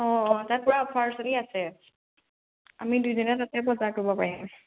অঁ অঁ তাত পূৰা অফাৰ চলি আছে আমি দুইজনে তাতে বজাৰ কৰিব পাৰিম